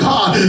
God